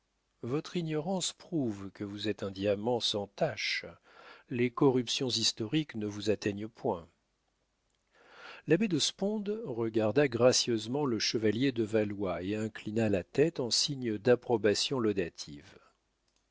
votre ignorance prouve que vous êtes un diamant sans tache les corruptions historiques ne vous atteignent point l'abbé de sponde regarda gracieusement le chevalier de valois et inclina la tête en signe d'approbation laudative